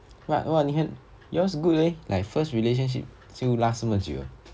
wha~ yours good leh like first relationship 就 last 这么久